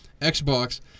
Xbox